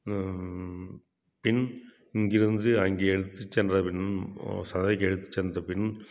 பின் இங்கிருந்து அங்கே எடுத்து சென்ற பின் சந்தைக்கு எடுத்து சென்ற பின்